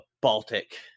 Baltic